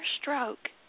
stroke